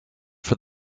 for